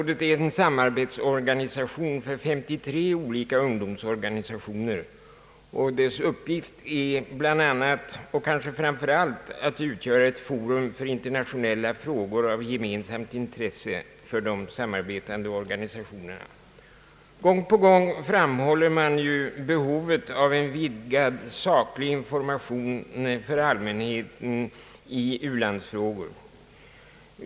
Det är en samarbetsorganisation för 53 olika ungdomsorganisationer, och dess uppgift är bl.a. och kanske framför allt att utgöra ett forum för internationella frågor av gemensamt intresse för de samarbetande organisationerna. Gång på gång framhålles behovet av en vidgad saklig information till allmänheten i u-landsfrågor.